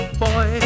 boy